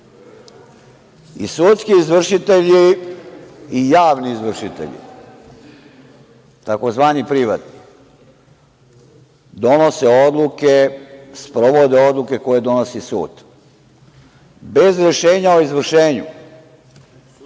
Sudski izvršitelji i javni izvršitelji, tzv. privatni, donose odluke, sprovode odluke koje donosi sud. Bez rešenja o izvršenju,